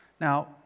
Now